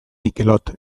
mikelot